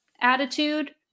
attitude